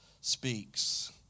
speaks